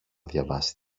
διαβάσει